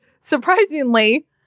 surprisingly